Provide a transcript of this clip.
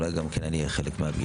אולי גם כן אני אהיה חלק מהפגישה.